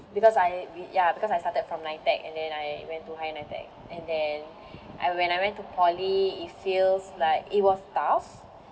because I we ya because I started from NITEC and then I went to higher NITEC and then I when I went to poly it feels like it was tough